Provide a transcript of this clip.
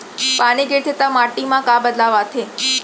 पानी गिरथे ता माटी मा का बदलाव आथे?